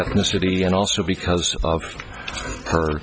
the city and also because of her